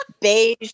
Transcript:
beige